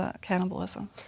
cannibalism